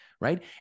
right